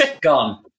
gone